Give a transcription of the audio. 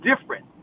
different